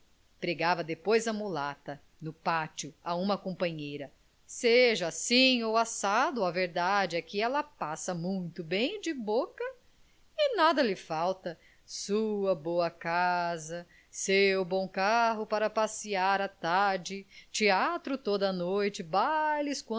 pregava depois a mulata no pátio a uma companheira seja assim ou assado a verdade é que ela passa muito bem de boca e nada lhe falta sua boa casa seu bom carro para passear à tarde teatro toda a noite bailes